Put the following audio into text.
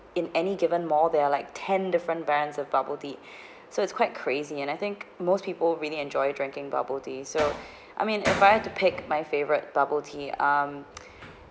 in any given more they're like ten different brands of bubble tea so it's quite crazy and I think most people really enjoy drinking bubble tea so I mean if I had to pick my favourite bubble tea um